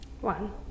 One